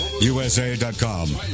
USA.com